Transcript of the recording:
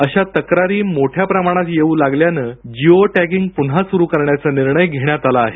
अशा तक्रारी मोठ्या प्रमाणातयेऊ लागल्यानं जिओ टॅगिंग प्न्हा सुरू करण्याचा निर्णय घेण्यात आला आहे